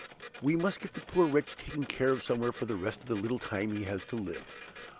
we must get the poor wretch taken care of somewhere for the rest of the little time he has to live.